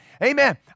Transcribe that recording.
Amen